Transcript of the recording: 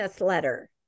letter